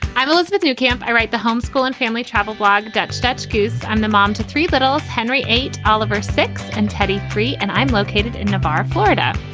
i'm elizabeth new camp. i write the home school and family travel blog. duquesnoy excuse. i'm the mom to three. little henry eight, oliver six and teddy three. and i'm located in navarre, florida.